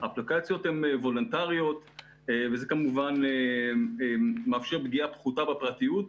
זה כמובן מאפשר פגיעה פחותה בפרטיות,